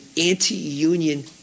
anti-union